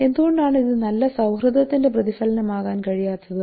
എന്തുകൊണ്ടാണ് ഇത് നല്ല സൌഹൃദത്തിന്റെ പ്രതിഫലനമാകാൻ കഴിയാത്തത്